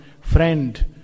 friend